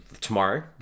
tomorrow